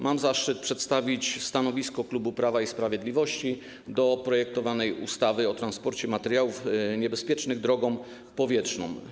Mam zaszczyt przedstawić stanowisko klubu Prawa i Sprawiedliwości wobec projektowanej ustawy o transporcie materiałów niebezpiecznych drogą powietrzną.